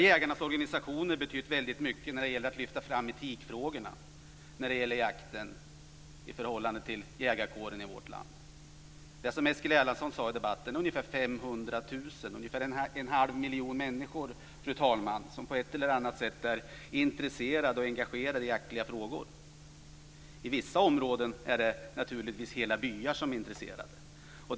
Jägarnas organisationer har betytt väldigt mycket när det gäller att lyfta fram etikfrågorna vad beträffar jakten i förhållande till jägarkåren i vårt land. Fru talman! Det är, som Eskil Erlandsson sade i debatten, ungefär 500 000 eller en halv miljon människor som på ett eller annat sätt är intresserade av och engagerade i jaktliga frågor. I vissa områden är det naturligtvis hela byar som är intresserade.